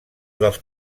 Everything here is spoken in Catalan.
dels